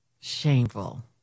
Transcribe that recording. Shameful